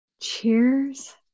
cheers